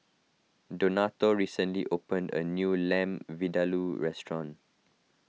Donato recently opened a new Lamb Vindaloo restaurant